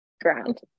ground